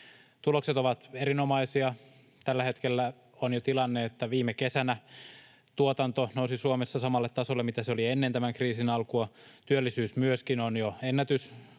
Tulokset ovat erinomaisia. Tällä hetkellä tilanne on jo se, että viime kesänä tuotanto nousi Suomessa samalle tasolle, mitä se oli ennen tämän kriisin alkua. Työllisyys myöskin on jo